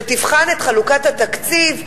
את חלוקת התקציב,